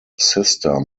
sister